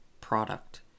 product